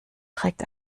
trägt